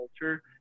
culture